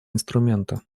инструмента